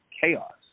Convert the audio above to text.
chaos